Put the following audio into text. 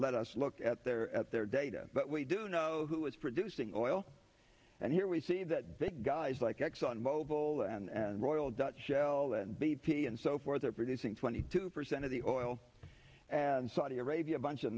let us look at their at their data but we do know who is producing oil and here we see that they guys like exxon mobil and royal dutch shell and b p and so forth are producing twenty two percent of well and saudi arabia a bunch of